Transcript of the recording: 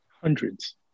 hundreds